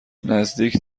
نزدیک